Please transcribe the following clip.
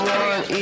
one